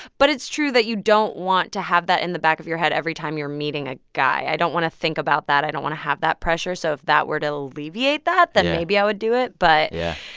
but it's true that you don't want to have that in the back of your head every time you're meeting a guy. i don't want to think about that. i don't want to have that pressure. so if that were to alleviate that, then maybe i would do it but yeah.